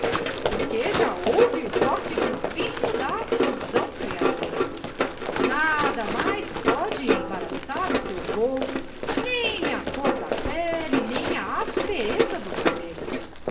porque já houve o toque divino da fusão creadora nada mais pôde embaraçar o seu vòo nem a cor da pelle nem a aspereza dos cabellos